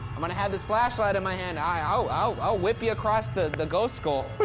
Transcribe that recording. i'm and have this flashlight in my hand. i'll whip ya across the the ghost skull. but